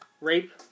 Rape